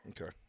Okay